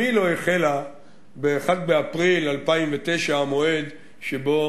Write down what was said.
גם היא לא החלה ב-1 באפריל 2009, המועד שבו